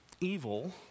Evil